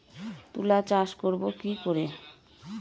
তুলা চাষ করব কি করে?